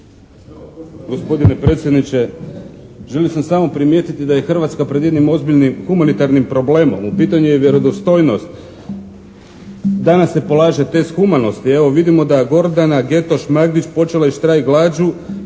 Hrvatska pred jednim ozbiljnim humanitarnim problemom. U pitanju je vjerodostojnost. Danas se polaže test humanosti. Evo, vidimo da Gordana Getoš Magdić počela je štrajk glađu